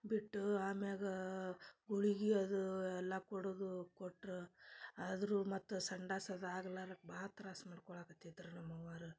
ಬಿಟ್ಟು ಆಮ್ಯಾಗ ಗುಳಿಗಿ ಅದು ಎಲ್ಲಾ ಕೊಡುದು ಕೊಟ್ರು ಆದರು ಮತ್ತು ಸಂಡಾಸ್ ಅದು ಆಗ್ಲಾರದು ಭಾಳ ತ್ರಾಸ ಮಾಡ್ಕೊಳಕತ್ತಿದ್ದರು ನಮ್ಮ ಅವ್ವಾರು